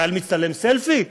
חייל מצטלם סלפי?